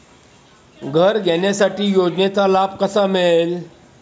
घर घेण्यासाठी योजनेचा लाभ कसा मिळेल?